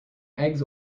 eggs